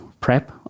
prep